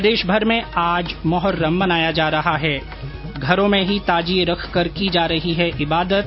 प्रदेशभर में आज मोहर्रम मनाया जा रहा है घरों में ही ताजिये रखकर की जा रही है इबादत